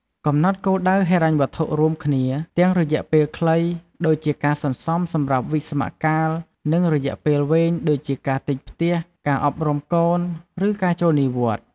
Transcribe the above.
កំណត់គោលដៅហិរញ្ញវត្ថុរួមគ្នា ទាំងរយៈពេលខ្លី ដូចជាការសន្សំសម្រាប់វិស្សមកាល និងរយៈពេលវែង ដូចជាការទិញផ្ទះ ការអប់រំកូន ឬការចូលនិវត្តន៍។